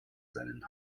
seinen